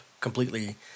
completely